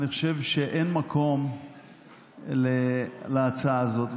אני חושב שאין מקום להצעה הזאת,